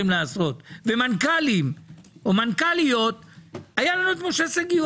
לעשות ומנכ"לים ומנכ"ליות - היה משה שגיא.